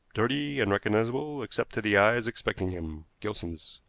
dirty, unrecognizable, except to the eyes expecting him gilson's.